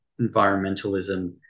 environmentalism